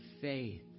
faith